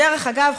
דרך אגב,